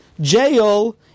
jail